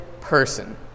person